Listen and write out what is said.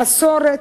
במסורת,